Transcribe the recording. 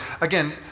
Again